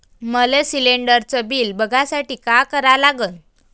मले शिलिंडरचं बिल बघसाठी का करा लागन?